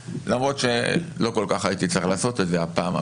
למרות שלא כל כך הייתי צריך לעשות את זה הפעם,